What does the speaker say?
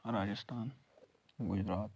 Rajasthan Gujarat